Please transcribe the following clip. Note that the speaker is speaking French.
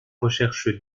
recherche